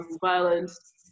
violence